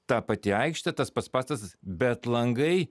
ta pati aikštė tas pats pastatas bet langai